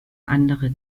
andere